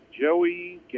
Joey